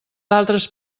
altres